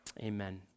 Amen